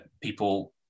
people